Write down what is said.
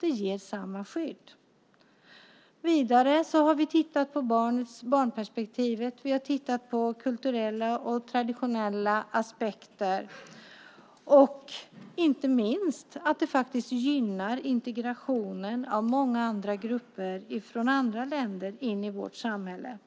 Det ger samma skydd. Vidare har vi tittat på barnperspektivet. Vi har tittat på kulturella och traditionella aspekter. Inte minst har vi också tittat på att det gynnar integrationen av många andra grupper från andra länder in i vårt samhälle.